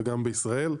וגם בישראל.